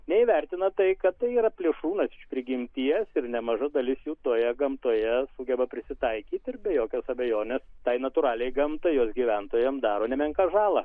neįvertina tai kad tai yra plėšrūnas iš prigimties ir nemaža dalis jų toje gamtoje sugeba prisitaikyti ir be jokios abejonės tai natūraliai gamtai jos gyventojams daro nemenką žalą